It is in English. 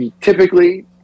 Typically